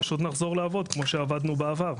פשוט נחזור לעבוד כמו שעבדנו בעבר,